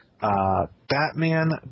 Batman